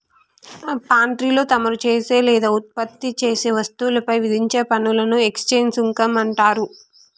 పాన్ట్రీలో తమరు చేసే లేదా ఉత్పత్తి చేసే వస్తువులపై విధించే పనులను ఎక్స్చేంజ్ సుంకం అంటారు